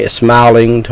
smiling